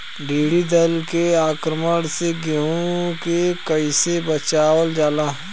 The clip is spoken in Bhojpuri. टिडी दल के आक्रमण से गेहूँ के कइसे बचावल जाला?